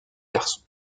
garçons